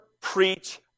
preach